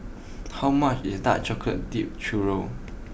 how much is Dark chocolate Dipped Churro